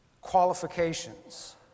qualifications